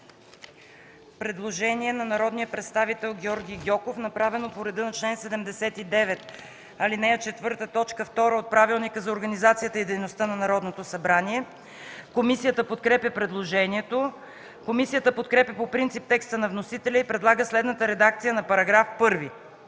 предложение от народния представител Георги Гьоков, направено по реда на чл. 79, ал. 4, т. 2 от Правилника за организацията и дейността на Народното събрание: Комисията подкрепя предложението. Комисията подкрепя по принцип предложението и предлага следната редакция на § 1: „§ 1.